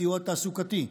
סיוע תעסוקתי,